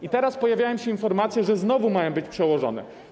I teraz pojawiają się informacje, że znowu mają być przełożone.